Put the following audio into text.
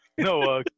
No